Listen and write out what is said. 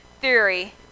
theory